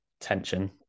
tension